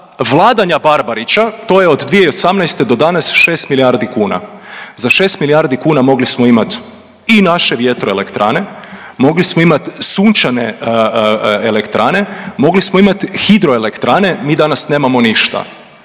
vladanja Barbarića, to je od 2018. do danas 6 milijardi kuna. Za 6 milijardi kuna mogli smo imati i naše vjetroelektrane, mogli smo imati sunčane elektrane, mogli smo imati hidroelektrane, mi danas nemamo ništa.